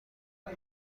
چون